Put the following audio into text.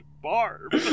Barb